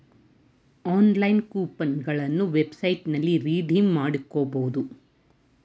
online coupon ಗಳನ್ನ ವೆಬ್ಸೈಟ್ನಲ್ಲಿ redeem ಮಾಡ್ಕೋಬಹುದು